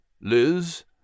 Liz